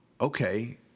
okay